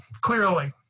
clearly